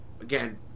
again